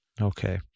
Okay